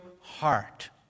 heart